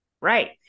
right